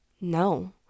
no